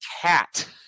Cat